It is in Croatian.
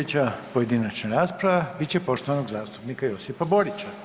Sljedeća pojedinačna rasprava bit će poštovanog zastupnika Josipa Borića.